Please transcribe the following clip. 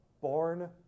born